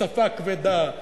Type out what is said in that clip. בשפה הכבדה,